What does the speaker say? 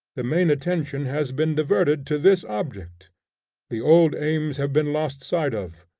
the main attention has been diverted to this object the old aims have been lost sight of,